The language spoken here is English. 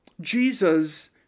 Jesus